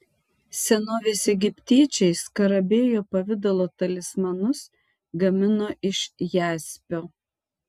senovės egiptiečiai skarabėjo pavidalo talismanus gamino iš jaspio